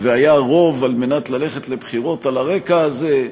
והיה רוב ללכת לבחירות על הרקע הזה,